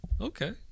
okay